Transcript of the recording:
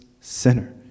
sinner